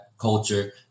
culture